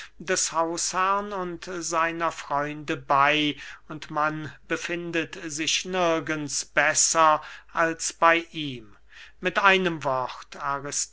des hausherrn und seiner freunde bey und man befindet sich nirgends besser als bey ihm mit einem wort